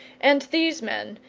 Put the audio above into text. and these men,